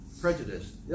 prejudice